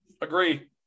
agree